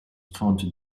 taunted